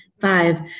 Five